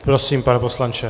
Prosím, pane poslanče.